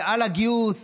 ועל הגיוס.